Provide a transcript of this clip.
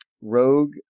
rogue